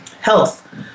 health